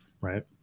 Right